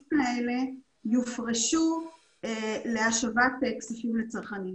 מהסכומים האלה יופרשו להשבת כספים לצרכנים.